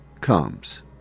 comes